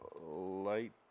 light